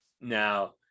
now